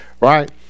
Right